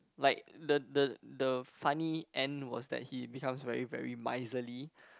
like the the the funny end was that he becomes very very miserly